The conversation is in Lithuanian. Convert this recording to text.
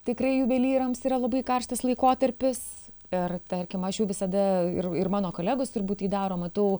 tikrai juvelyrams yra labai karštas laikotarpis ir tarkim aš jau visada ir ir mano kolegos turbūt tai daro matau